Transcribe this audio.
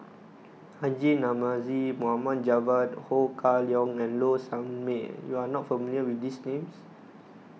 Haji Namazie Mohd Javad Ho Kah Leong and Low Sanmay you are not familiar with these names